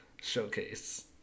showcase